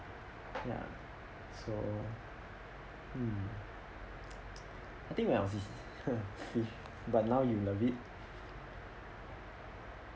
ya so mm I think when I was but now you love it